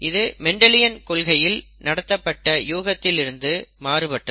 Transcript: இது மெண்டலியன் கொள்கையில் நடத்தப்பட்ட யூகத்தில் இருந்து மாறுபட்டது